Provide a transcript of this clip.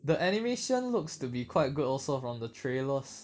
the animation looks to be quite good also from the trailers